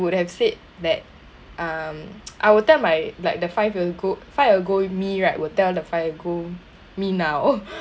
would have said that um I will tell my like the five year ago five ago me right will tell the five ago me now